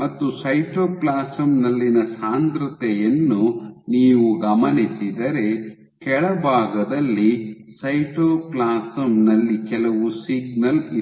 ಮತ್ತು ಸೈಟೋಪ್ಲಾಸಂ ನಲ್ಲಿನ ಸಾಂದ್ರತೆಯನ್ನು ನೀವು ಗಮನಿಸಿದರೆ ಕೆಳಭಾಗದಲ್ಲಿ ಸೈಟೋಪ್ಲಾಸಂ ನಲ್ಲಿ ಕೆಲವು ಸಿಗ್ನಲ್ ಇತ್ತು